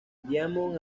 diamond